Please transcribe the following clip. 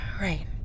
right